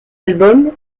album